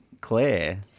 Claire